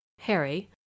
Harry